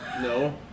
No